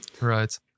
Right